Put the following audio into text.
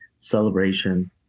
celebration